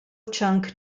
chunk